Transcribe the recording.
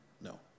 no